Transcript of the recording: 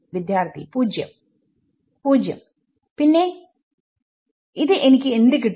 വിദ്യാർത്ഥി 0 0പിന്നെ എനിക്ക് എന്ത് കിട്ടും